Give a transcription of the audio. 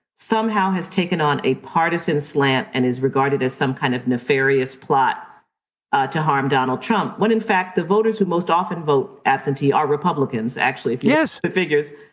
somehow has taken on a partisan slant and is regarded as some kind of nefarious plot to harm donald trump. when in fact, the voters who most often vote absentee are republicans, actually the figures.